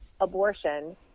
abortion